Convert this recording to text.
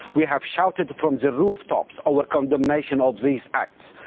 we have shouted from the rooftops our condemnation of these acts.